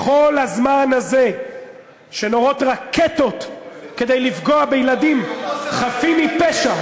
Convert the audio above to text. בכל הזמן הזה שנורות רקטות כדי לפגוע בילדים חפים מפשע,